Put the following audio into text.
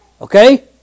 Okay